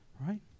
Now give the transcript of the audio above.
right